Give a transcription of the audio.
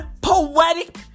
poetic